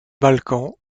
balkans